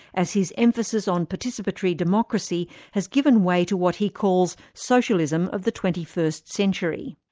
as his emphasis on participatory democracy has given way to what he calls socialism of the twenty first century.